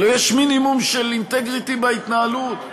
הלוא יש מינימום של אינטגריטי בהתנהלות,